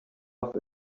love